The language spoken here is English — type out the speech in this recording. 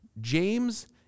James